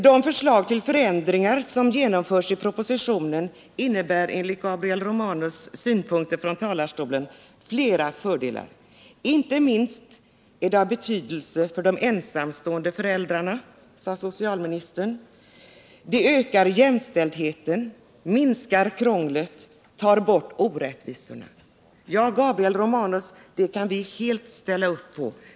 Det förslag till förändringar som framförs i propositionen innebär enligt Gabriel Romanus flera fördelar. Inte minst är förändringen av betydelse för de ensamstående föräldrarna, sade socialministern. Förslagets genomförande ökar jämställdheten, minskar krånglet och tar bort orättvisorna. Ja, Gabriel Romanus, det kan vi helt ställa upp på.